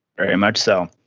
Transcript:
very much so.